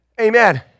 Amen